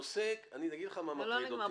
הנושא, אני אגיד לך מה מטריד אותי.